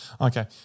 Okay